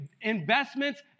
investments